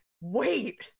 wait